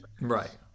Right